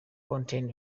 contain